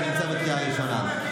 אתה נמצא בקריאה ראשונה.